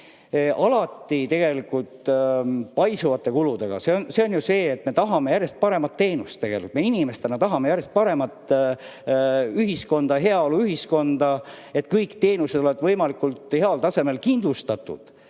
alati paisuvate kuludega, on ju see, et me tahame järjest paremat teenust. Me inimestena tahame järjest paremat ühiskonda, heaoluühiskonda, kus kõik teenused oleksid võimalikult heal tasemel kindlustatud.